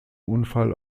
unfall